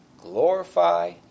glorify